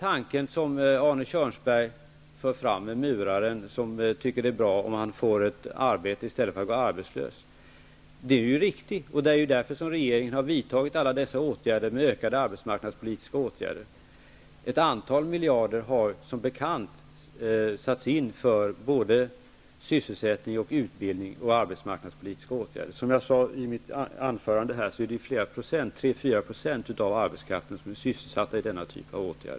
Tanken, vilken Arne Kjörnsberg för fram, med muraren som tycker att det är bra om han får ett arbete i stället för att gå arbetslös, är ju riktig. Det är ju därför som regeringen har vidtagit alla dessa åtgärder med ökade arbetsmarknadspolitiska åtgärder. Ett antal miljarder kronor har som bekant satts in för både sysselsättning och utbildning som arbetsmarknadspolitiska åtgärder. I mitt anledningsanförande nämnde jag att det handlar om 3--4 % av arbetskraften som sysselsätts i denna typ av åtgärd.